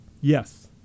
Yes